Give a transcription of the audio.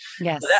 Yes